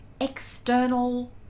external